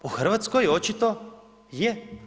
U Hrvatskoj očito je.